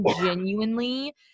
genuinely